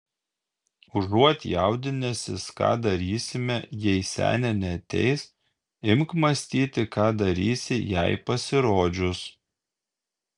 užuot jaudinęsis ką darysime jei senė neateis imk mąstyti ką darysi jai pasirodžius